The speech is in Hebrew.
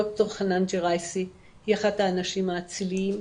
ד"ר חנאן ג'ראייסי היא אחת האנשים האציליים,